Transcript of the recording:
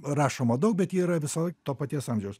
rašoma daug bet ji yra visalaik to paties amžiaus